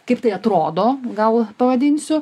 kaip tai atrodo gal pavadinsiu